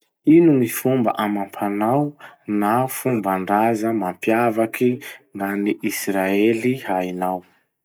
Ino gny fomba amam-panao na fomban-draza mampiavaky gn'any Israely hainao?